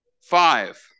five